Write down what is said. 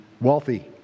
wealthy